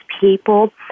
people